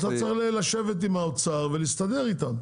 אתה צריך לשבת עם האוצר ולהסתדר איתם.